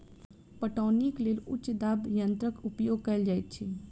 पटौनीक लेल उच्च दाब यंत्रक उपयोग कयल जाइत अछि